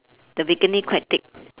the bikini quite thick